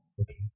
Okay